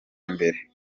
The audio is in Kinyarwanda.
imbere